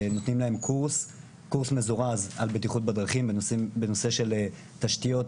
נותנים להם קורס מזורז על בטיחות בדרכים בנושא של תשתיות,